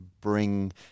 bring